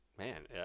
Man